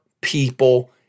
people